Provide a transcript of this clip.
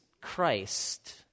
Christ